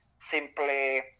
simply